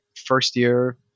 first-year